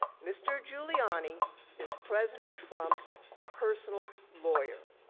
mr. giuliani is president trump's personal lawyer.